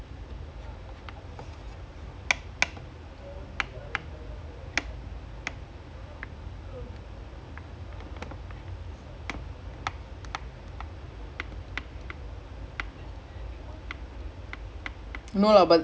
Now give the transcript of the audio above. ya and I think the only two players they didn't have yesterday was a centre back and a right back because they don't have a replacement for err the trend so they play some williams then they play the centre back they just they just need one centre back and one right back